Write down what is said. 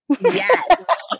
Yes